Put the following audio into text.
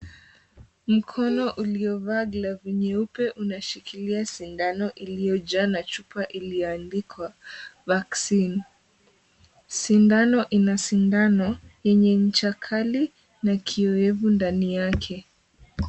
Mkono uliovaa glavu nyeupe unashikilia sindano iliyojaa na chupa iliyoandikwa vacine . Sindano ina sindano yenye ncha kali na kiowevu ndani yake.